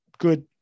Good